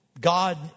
God